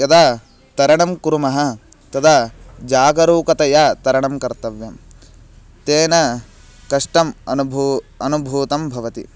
यदा तरणं कुर्मः तदा जागरूकतया तरणं कर्तव्यं तेन कष्टम् अनुभू अनुभूतं भवति